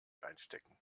einstecken